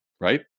right